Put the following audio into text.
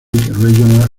regional